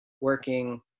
working